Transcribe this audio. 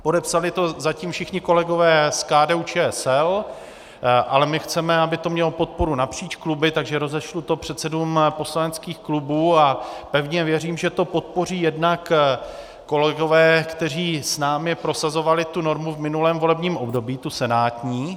Podepsali to zatím všichni kolegové z KDUČSL, ale my chceme, aby to mělo podporu napříč kluby, takže to rozešlu předsedům poslaneckých klubů a pevně věřím, že to podpoří jednak kolegové, kteří s námi prosazovali tu normu v minulém volebním období, tu senátní.